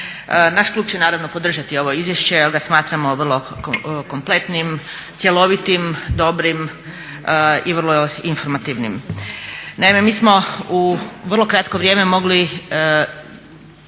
Naš klub će naravno podržati ovo izvješće jer ga smatramo vrlo kompletnim, cjelovitim, dobrim i vrlo informativnim. Naime, mi smo u vrlo kratko vrijeme mogli,